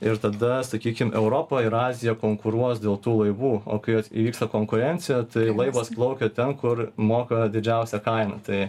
ir tada sakykim europa ir azija konkuruos dėl tų laivų o kai vat įvyksta konkurencija tai laivas plaukia ten kur moka didžiausią kainą tai